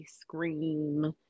scream